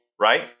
right